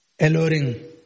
Alluring